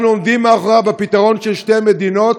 אנחנו עומדים מאחוריו בפתרון של שתי המדינות